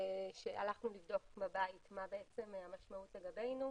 הלכנו לבדוק מה המשמעות לגבינו,